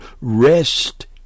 rest